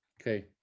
Okay